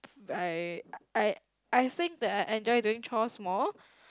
I I I think that I enjoy doing chores more